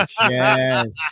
Yes